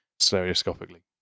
stereoscopically